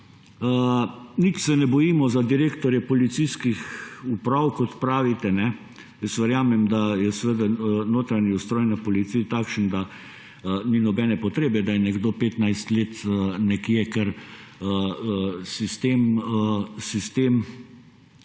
Nič se ne bojimo za direktorje policijskih uprav, kot pravite. Jaz verjamem, da je notranji ustroj na policiji takšen, da ni nobene potrebe, da je nekdo 15 let nekje, ker sistem